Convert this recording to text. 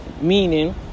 meaning